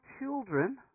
children